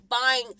buying